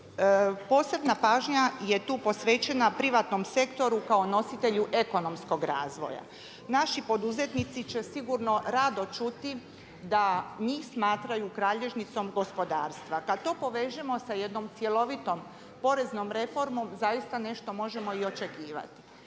Posebna pažnja je tu posvećena privatnom sektoru kao nositelju ekonomskog razvoja. Naši poduzetnici će sigurno rado čuti da njih smatraju kralježnicom gospodarstva. Kad to povežemo sa jednom cjelovitom poreznom reformom zaista možemo nešto i očekivati.